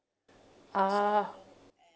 ah